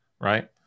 right